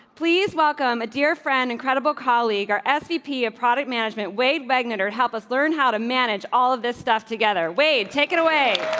please welcome a dear friend. incredible colleague r s v p of product management wade magnetar help us learn how to manage all of this stuff together. wait. take it away.